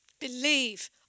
Believe